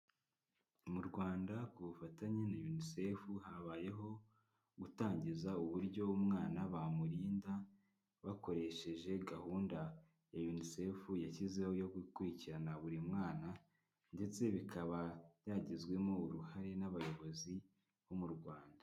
Mu Rwanda ku bufatanye na unicefu habayeho gutangiza uburyo umwana bamurinda bakoresheje gahunda, ya unicef yashyizeho yo gukurikirana buri mwana ndetse, bikaba byagizwemo uruhare n'abayobozi bo mu Rwanda.